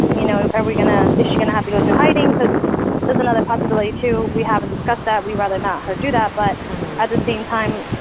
you know, are we going to is she going to have to go into hiding because there's another possibility too. we haven't discussed that. we rather not her do that, but at the same time,